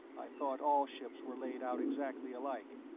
i thought all ships were laid out exactly alike.